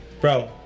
Bro